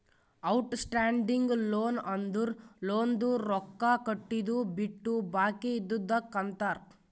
out standing loan ಅಂದುರ್ ಲೋನ್ದು ರೊಕ್ಕಾ ಕಟ್ಟಿದು ಬಿಟ್ಟು ಬಾಕಿ ಇದ್ದಿದುಕ್ ಅಂತಾರ್